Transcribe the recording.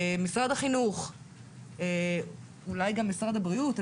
משרד החינוך ואולי גם משרד הבריאות,